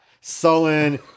sullen